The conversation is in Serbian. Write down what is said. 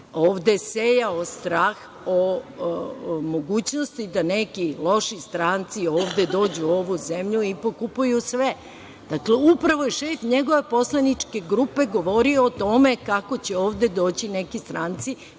ovde sejao strah o mogućnosti da neki loši stranci ovde dođu u ovom zemlju i pokupuju sve. Dakle, upravo je šef njegove poslaničke grupe govorio o tome kako će ovde doći neki stranci